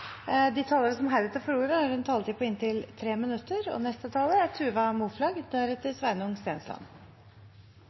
De talerne som heretter får ordet, har en taletid på inntil 3 minutter. Etter 2,5 år på Stortinget er